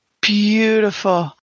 beautiful